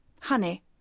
Honey